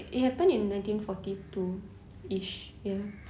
i~ it happened in nineteen forty two-ish ya